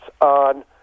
on